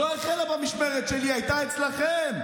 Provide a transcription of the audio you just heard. היא לא החלה במשמרת שלי, היא הייתה אצלכם,